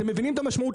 אתם מבינים את המשמעות?